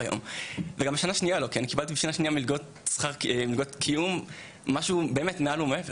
גם בשנה שנייה אני קיבלתי מלגות קיום מעל ומעבר,